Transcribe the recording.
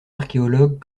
archéologues